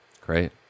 great